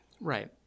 Right